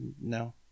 no